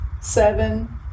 seven